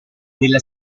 della